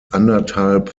anderthalb